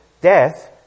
death